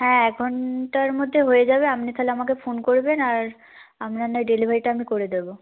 হ্যাঁ এক ঘণ্টার মধ্যে হয়ে যাবে আপনি তাহলে আমাকে ফোন করবেন আর আপনার নয় ডেলিভারিটা আমি করে দেবো